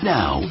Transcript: now